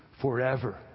forever